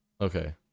Okay